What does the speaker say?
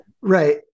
Right